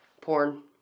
Porn